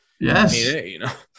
Yes